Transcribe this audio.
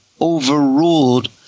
overruled